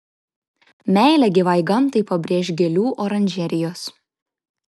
meilę gyvai gamtai pabrėš gėlių oranžerijos